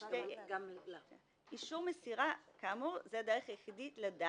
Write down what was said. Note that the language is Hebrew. יתירה מכך, אישור מסירה היא הצד של המקבל.